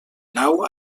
nau